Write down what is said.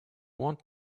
want